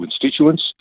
constituents